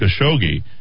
Khashoggi